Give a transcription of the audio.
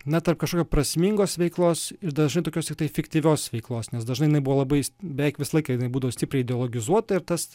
na tarp kažkokios prasmingos veiklos ir žinot tokios tiktai fiktyvios veiklos nes dažnai jinai buvo labai beveik visą laiką jinai būdavo stipriai ideologizuota ir tas